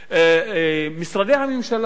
משרדי הממשלה וחברות ממשלתיות,